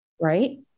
Right